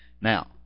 now